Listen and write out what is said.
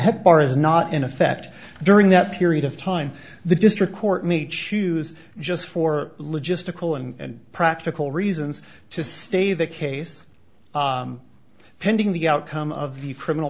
head bar is not in effect during that period of time the district court made shoes just for logistical and practical reasons to stay the case pending the outcome of the criminal